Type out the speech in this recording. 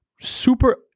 super